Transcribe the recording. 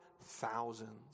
thousands